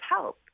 help